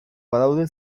badaude